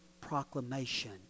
proclamation